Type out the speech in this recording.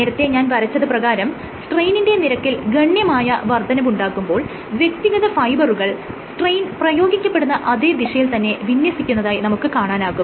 നേരത്തെ ഞാൻ വരച്ചത് പ്രകാരം സ്ട്രെയ്നിന്റെ നിരക്കിൽ ഗണ്യമായ വർദ്ധനവുണ്ടാകുമ്പോൾ വ്യക്തിഗത ഫൈബറുകൾ സ്ട്രെയിൻ പ്രയോഗിക്കപ്പെടുന്ന അതെ ദിശയിൽ തന്നെ വിന്യസിക്കുന്നതായി നമുക്ക് കാണാനാകും